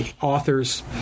authors